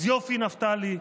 אז יופי, נפתלי,